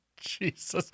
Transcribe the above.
Jesus